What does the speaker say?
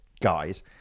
guys